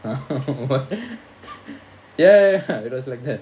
um what ya ya ya it was like that